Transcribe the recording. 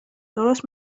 درست